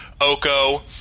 Oko